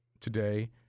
today